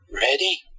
Ready